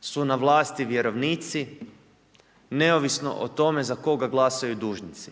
su na vlasti vjerovnici neovisno o tome za koga glasuju dužnici.